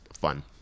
fun